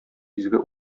изге